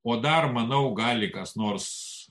o dar manau gali kas nors